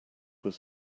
was